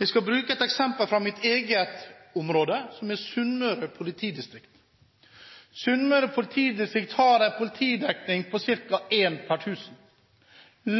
Jeg skal bruke et eksempel fra mitt eget område, som er Sunnmøre politidistrikt. Sunnmøre politidistrikt har en politidekning på ca. 1 per 1 000 –